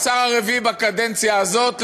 השר הרביעי בקדנציה הזאת,